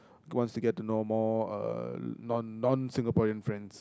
who wants to get to know more uh non non Singaporean friends